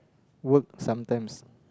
work sometimes